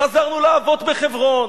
חזרנו לאבות בחברון,